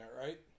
right